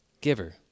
giver